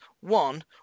One